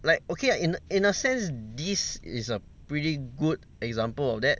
like okay ah in in a sense this is a pretty good example of that